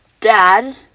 dad